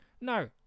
No